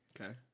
Okay